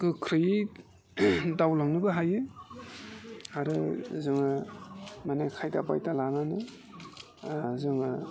गोख्रैयै दावलांनोबो हायो आरो जोङो माने खायदा बायदा लानानै जोङो